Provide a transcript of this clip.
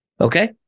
okay